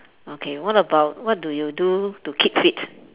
okay what about what do you do to keep fit